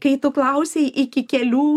kai tu klausei iki kelių